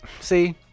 See